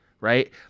right